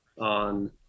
on